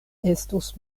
estos